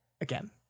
again